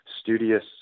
studious